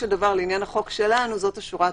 לעניין החוק שלנו, זו השורה התחתונה.